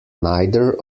neither